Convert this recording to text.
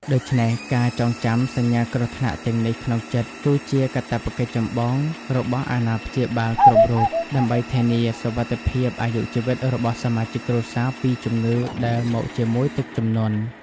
ដូច្នេះការចងចាំសញ្ញាគ្រោះថ្នាក់ទាំងនេះក្នុងចិត្ត គឺជាកាតព្វកិច្ចចម្បងរបស់អាណាព្យាបាលគ្រប់រូប ដើម្បីធានាសុវត្ថិភាពអាយុជីវិតរបស់សមាជិកគ្រួសារពីជំងឺដែលមកជាមួយទឹកជំនន់។